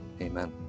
amen